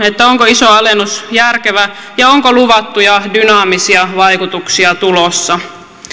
onko iso alennus järkevä ja onko luvattuja dynaamisia vaikutuksia tulossa